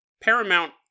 Paramount